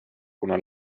kuna